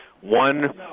one